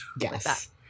Yes